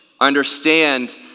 understand